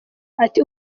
ati